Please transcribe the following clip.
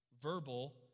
Verbal